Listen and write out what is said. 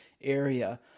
area